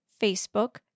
Facebook